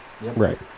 Right